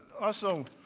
also,